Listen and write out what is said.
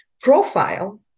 profile